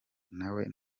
nawe